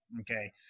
Okay